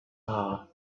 haar